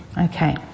Okay